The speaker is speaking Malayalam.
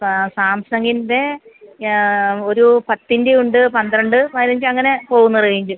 സാംസംഗിൻ്റെ ഒരു പത്തിൻ്റെ ഉണ്ട് പന്ത്രണ്ട് പതിനഞ്ച് അങ്ങനെ പോവുന്നു റേഞ്ച്